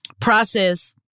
process